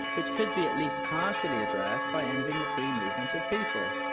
which could be at least partially addressed by ending the free movement of people.